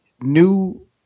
new